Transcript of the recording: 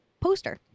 Poster